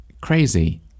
crazy